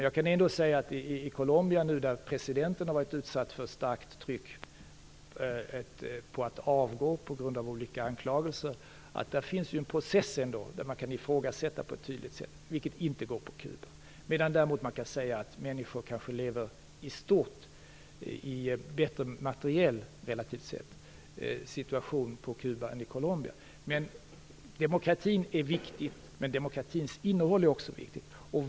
Jag kan säga att det i Colombia, där presidenten nu har varit utsatt för starkt tryck att avgå på grund av olika anklagelser, ändå pågår en process där man på ett tydligt sätt kan ifrågasätta, vilket inte går på Kuba. Däremot kan det kanske i stort sägas att människor relativt sett lever i en bättre materiell situation i Kuba än i Colombia. Demokrati är viktig, men också demokratins innehåll är viktigt.